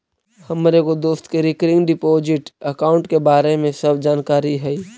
हमर एगो दोस्त के रिकरिंग डिपॉजिट अकाउंट के बारे में सब जानकारी हई